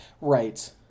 Right